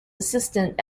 assistant